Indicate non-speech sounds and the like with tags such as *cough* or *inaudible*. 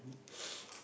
*noise*